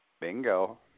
Bingo